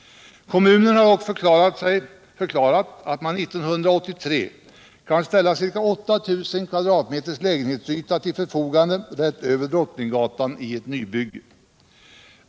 Kommunerna har förklarat att man 1983 kan ställa ca 8 000 kvm lägenhetsyta till förfogande rätt över Drottninggatan i ett nybygge.